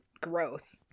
growth